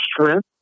strength